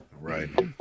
Right